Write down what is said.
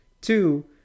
Two